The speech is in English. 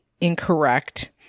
incorrect